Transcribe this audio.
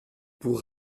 pour